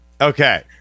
Okay